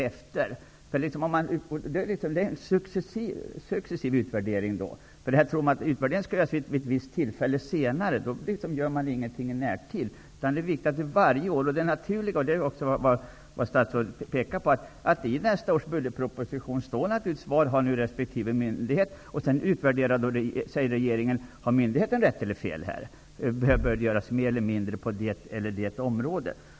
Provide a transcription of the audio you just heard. Det är nödvändigt med en successiv utvärdering. Tror man att utvärderingen skall göras vid ett visst tillfälle senare, då gör man ingenting i närtid. Det är alltså viktigt att utvärderingar görs varje år -- det är det naturliga. Det är också vad statsrådet pekar på. Han konstaterar att det i nästa års budgetproposition talas om vad resp. myndighet har gjort och att regeringen utvärderar detta för att se om myndigheten har rätt eller fel, om det behöver göras mer eller mindre på det ena eller det andra området.